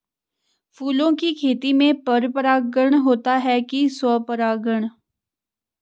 फूलों की खेती में पर परागण होता है कि स्वपरागण?